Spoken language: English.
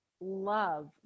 love